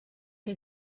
che